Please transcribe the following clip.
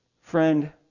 Friend